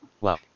Wow